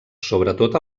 sobretot